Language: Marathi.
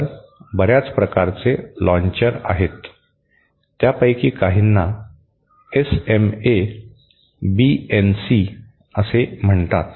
तर बऱ्याच प्रकारचे लाँचर आहेत त्यापैकी काहींना एसएमए बीएनसी असे म्हणतात